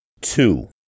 Two